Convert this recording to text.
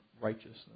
righteousness